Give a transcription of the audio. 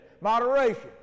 Moderation